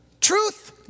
Truth